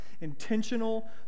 Intentional